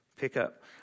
pickup